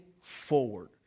forward